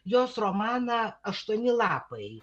jos romaną aštuoni lapai